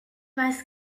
weiß